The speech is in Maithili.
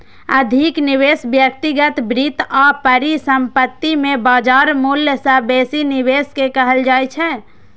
अधिक निवेश व्यक्तिगत वित्त आ परिसंपत्ति मे बाजार मूल्य सं बेसी निवेश कें कहल जाइ छै